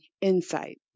insight